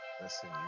Listen